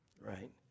Right